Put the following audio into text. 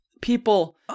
people